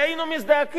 הרי היינו מזדעקים.